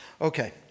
Okay